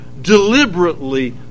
deliberately